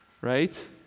right